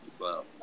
Wow